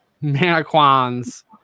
Mannequins